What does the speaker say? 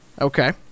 Okay